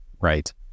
Right